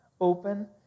open